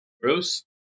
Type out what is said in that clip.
bruce